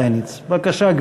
557, 379, 568, 596, 622 ו-624.